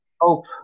hope